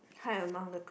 hide among the crowd